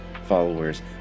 Followers